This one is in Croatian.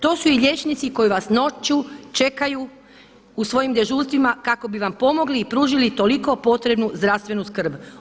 To su i liječnici koji vas noću čekaju u svojim dežurstvima kako bi vam pomogli i pružili toliko potrebnu zdravstvenu skrb.